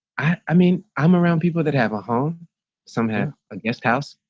i mean, i'm around people that have a home somewhere, a guest house,